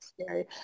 scary